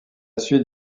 suite